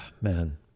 man